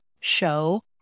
show